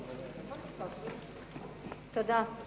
תודה.